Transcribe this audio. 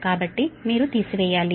కాబట్టి మీరు తీసివేయాలి